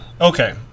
okay